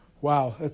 Wow